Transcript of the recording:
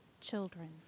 children